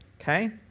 Okay